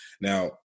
Now